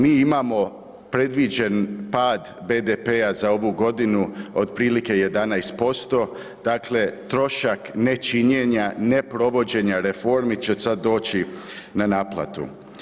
Mi imamo predviđen pad BDP-a za ovu godinu otprilike 11%, dakle trošak nečinjenja, neprovođenja reformi će sad doći na naplatu.